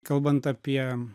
kalbant apie